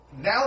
now